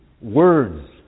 Words